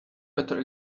better